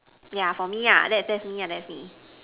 yeah for me ah that's that's me ah that's me